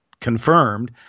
confirmed